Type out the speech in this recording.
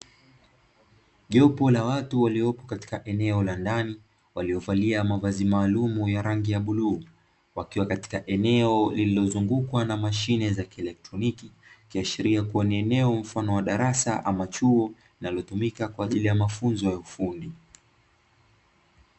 Jopo la watu waliopo katika eneo la ndani, waliovalia mavazi maalumu ya rangi ya bluu, wakiwa katika eneo lililozungukwa na mashine za kielektroniki. Ikiashiria kuwa ni eneo mfano wa darasa ama chuo linalotumika kwa ajili ya mafunzo ya ufundi.